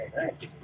nice